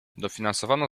dofinansowano